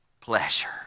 pleasure